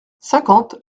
cinquante